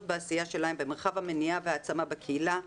בעשייה שלהן במרחב המניעה והעצמה בקהילה.